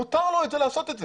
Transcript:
מותר לו לעשות את זה.